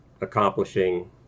accomplishing